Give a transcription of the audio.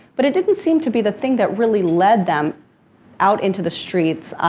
but it didn't seem to be the thing that really led them out into the streets,